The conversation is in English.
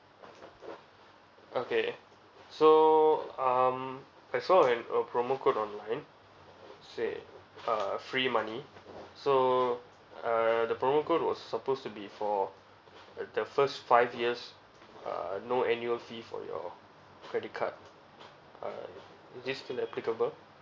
okay so um I saw an a promo code online said uh free money so err the promo code was supposed to be for the first five years uh no annual fee for your credit card uh is this still applicable